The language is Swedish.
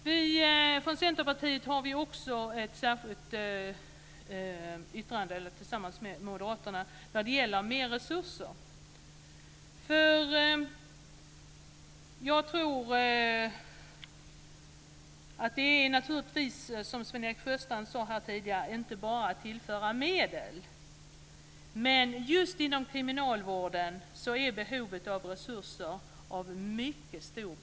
Vi från Centerpartiet har också avgett ett särskilt yttrande tillsammans med moderaterna när det gäller mer resurser. Det är naturligtvis så som Sven-Erik Sjöstrand sade här tidigare, att det inte bara är att tillföra medel. Men just inom kriminalvården är behovet av resurser mycket stort.